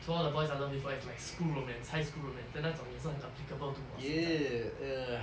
to all the boys I loved before is like school romance high school romance then 那种也是很 applicable to 我现在